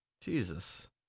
Jesus